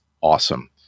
awesome